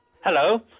Hello